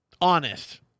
Honest